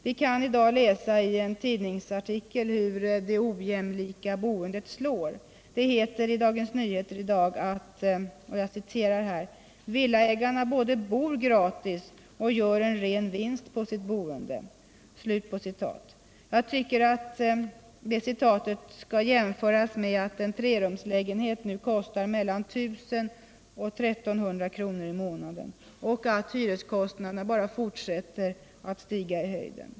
Vi kan i dag läsa i en tidningsartikel hur det ojämlika boendet slår. Det heter i Dagens Nyheter i dag att "villaägarna både bor gratis och gör en ren vinst på sitt boende”. Det skall jämföras med att en trerumslägenhet nu kostar I 000-1 300 kr. i månaden och att hyreskostnaderna bara fortsätter att stiga i höjden.